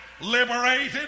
liberated